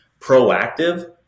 proactive